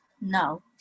No